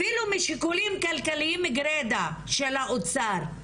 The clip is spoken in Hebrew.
אפילו משיקולים כלכליים גרידה של האוצר,